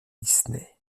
disney